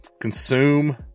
consume